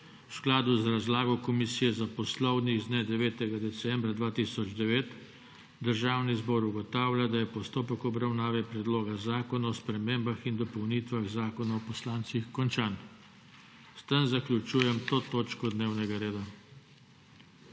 V skladu z razlago Komisije za poslovnik z dne 9. decembra 2009 Državni zbor ugotavlja, da je postopek obravnave Predloga zakona o spremembah in dopolnitvah Zakona o poslancih končan. S tem zaključujem to točko dnevnega reda.